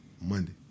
Monday